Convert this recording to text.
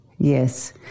Yes